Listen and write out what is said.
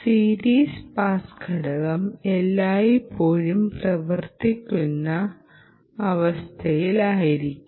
series pass ഘടകം എല്ലായ്പ്പോഴും പ്രവർത്തിക്കുന്ന അവസ്ഥയിലായിരിക്കും